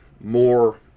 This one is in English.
more